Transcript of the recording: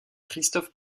christophe